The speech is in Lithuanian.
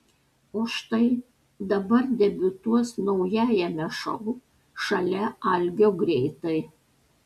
o štai dabar debiutuos naujajame šou šalia algio greitai